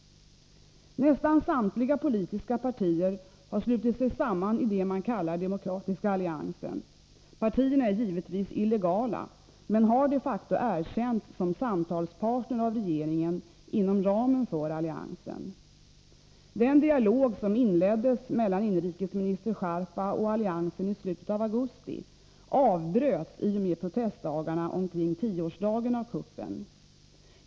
Nästan samtliga politiska partier har slutit sig samman i det man kallar Demokratiska alliansen. Partierna är givetvis illegala, men har de facto erkänts som samtalspartner av regeringen, inom ramen för Alliansen. Den dialog som inleddes mellan inrikesminister Jarpa och Alliansen i slutet av augusti avbröts i och med protestdagarna omkring tioårsdagen av kuppen.